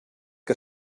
que